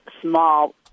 small